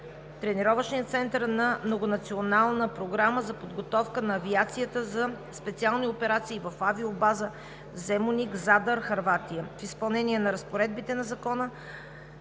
Тренировъчния център на Многонационална програма за подготовка на авиацията за специални операции в авиобаза „Земуник“ – Задар, Хърватия. В изпълнение на разпоредбите на Закона